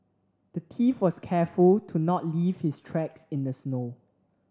the thief was careful to not leave his tracks in the snow